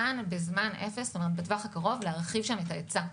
ניתן בטווח הקרוב להרחיב את ההיצע.